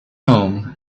home